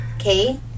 okay